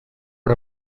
per